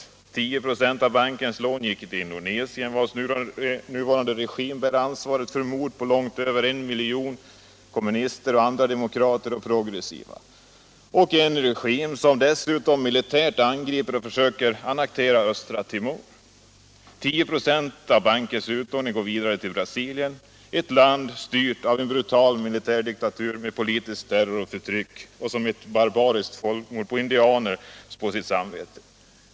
10 26 av bankens lån gick till Indonesien, vars nuvarande regim bär ansvaret för mord på långt över I miljon kommunister, andra demokrater och progressiva — en regim som dessutom militärt angriper och försöker annektera Östra Timor. 10 96 av bankens utlåning gick vidare till Brasilien, ett land styrt av en brutal militärdiktatur med politisk terror och förtryck och barbariskt folkmord på indianer på sitt samvete.